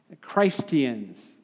Christians